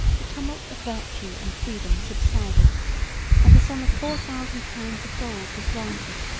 the tumult of virtue and freedom subsided and the sum of four thousand pounds of gold was granted,